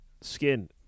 skin